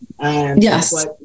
Yes